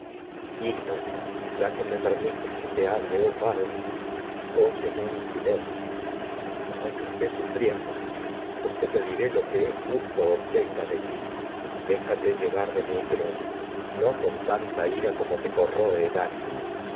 hil lo ya que me permites aunque que te hable oh pa dre te óyeme en silencio es estés sufriendo pues pediré lo que justo obtenga'de como ti déjate llevar de mi pero no con tanta ira te corroe el ánimo